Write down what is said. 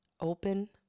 open